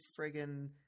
friggin